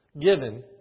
given